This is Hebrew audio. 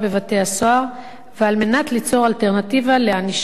מנת ליצור אלטרנטיבה לענישה ולהחזקה במעצר.